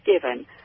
given